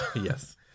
Yes